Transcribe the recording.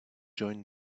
join